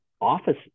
office